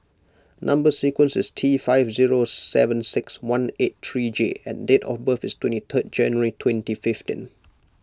Number Sequence is T five zero seven six one eight three J and date of birth is twenty third January twenty fifteen